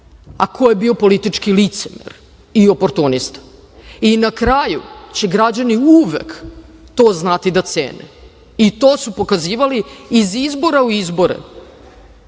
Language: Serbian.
a ko je bio politički licemer i oportunista. Na kraju će građani uvek to znati da cene i to su pokazivali iz izbora u izbore